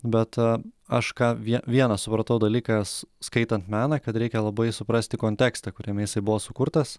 bet aš ką vie vieną supratau dalyką skaitant meną kad reikia labai suprasti kontekstą kuriame jisai buvo sukurtas